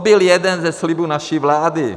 To byl jeden ze slibů naší vlády.